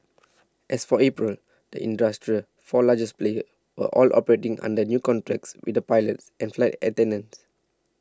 as for April the industry's four largest players were all operating under new contracts with their pilots and flight attendants